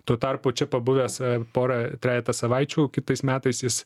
tuo tarpu čia pabuvęs porą trejetą savaičių kitais metais jis